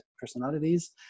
personalities